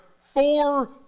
four